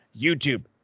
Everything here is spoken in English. YouTube